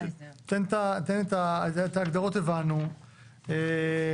את ההגדרות הבנו,